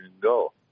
go